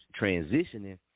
transitioning